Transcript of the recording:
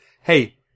hey